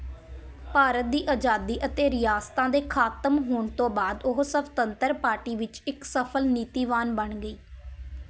ਭਾਰਤ ਦੀ ਆਜ਼ਾਦੀ ਅਤੇ ਰਿਆਸਤਾਂ ਦੇ ਖ਼ਤਮ ਹੋਣ ਤੋਂ ਬਾਅਦ ਉਹ ਸਵਤੰਤਰ ਪਾਰਟੀ ਵਿੱਚ ਇੱਕ ਸਫ਼ਲ ਨੀਤੀਵਾਨ ਬਣ ਗਈ